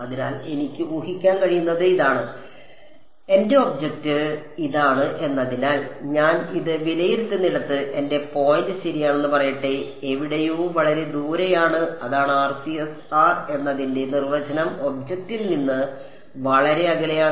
അതിനാൽ എനിക്ക് ഊഹിക്കാൻ കഴിയുന്നത് ഇതാണ് എന്റെ ഒബ്ജക്റ്റ് ഇതാണ് എന്നതിനാൽ ഞാൻ ഇത് വിലയിരുത്തുന്നിടത്ത് എന്റെ പോയിന്റ് ശരിയാണെന്ന് പറയട്ടെ എവിടെയോ വളരെ ദൂരെയാണ് അതാണ് RCS r എന്നതിന്റെ നിർവചനം ഒബ്ജക്റ്റിൽ നിന്ന് വളരെ അകലെയാണ്